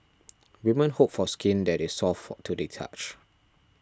women hope for skin that is soft to the touch